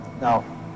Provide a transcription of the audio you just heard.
Now